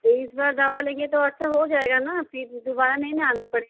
तो इस बार दवा लेंगे तो अच्छा हो जायेगा ना फिर दुबारा नहीं ना आना पड़